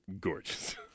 gorgeous